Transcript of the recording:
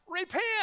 Repent